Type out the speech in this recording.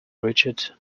richard